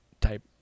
type